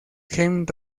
gen